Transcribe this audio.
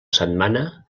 setmana